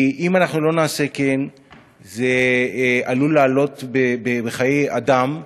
כי אם לא נעשה כן זה עלול לעלות בחיי אדם.